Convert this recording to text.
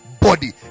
body